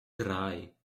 drei